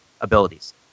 abilities